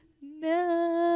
No